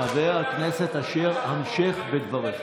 חבר הכנסת אשר, המשך בדבריך.